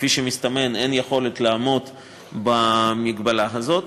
כפי שמסתמן, אין יכולת לעמוד בהגבלה הזאת,